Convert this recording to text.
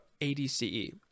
ADCE